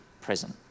present